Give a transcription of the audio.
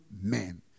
men